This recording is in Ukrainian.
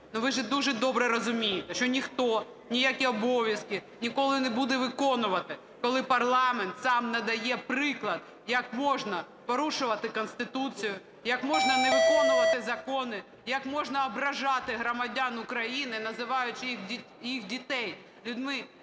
Ви ж дуже добре розумієте, що ніхто ніякі обов'язки ніколи не буде виконувати, коли парламент сам надає приклад, як можна порушувати Конституцію, як можна не виконувати закони, як можна ображати громадян України, називаючи їх дітей людьми